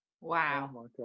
wow